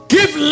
Give